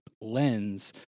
lens—